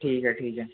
ٹھیک ہے ٹھیک ہے